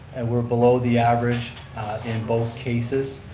and we're below the average in both cases,